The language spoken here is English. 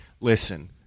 listen